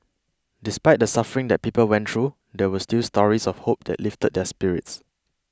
despite the suffering that people went through there were still stories of hope that lifted their spirits